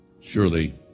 surely